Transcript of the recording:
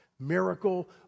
Miracle